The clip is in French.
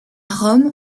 rome